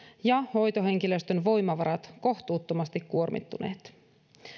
ja hoitohenkilöstön voimavarat kohtuuttomasti kuormittuneet